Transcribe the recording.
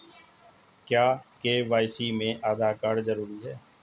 क्या के.वाई.सी में आधार कार्ड जरूरी है?